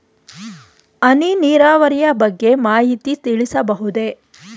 ಹನಿ ನೀರಾವರಿಯ ಬಗ್ಗೆ ಮಾಹಿತಿ ತಿಳಿಸಬಹುದೇ?